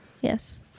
Yes